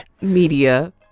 media